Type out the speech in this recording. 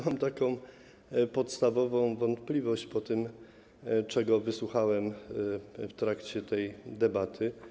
Mam taką podstawową wątpliwość po tym, czego wysłuchałem w trakcie tej debaty.